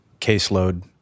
caseload